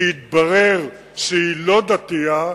כי יתברר שהיא לא דתייה,